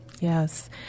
Yes